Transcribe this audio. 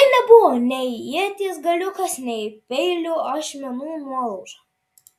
tai nebuvo nei ieties galiukas nei peilio ašmenų nuolauža